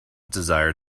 desire